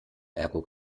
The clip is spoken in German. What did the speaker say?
ergo